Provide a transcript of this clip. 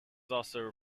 also